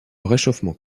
réchauffement